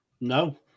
No